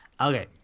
Okay